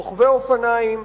רוכבי אופניים,